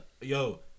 yo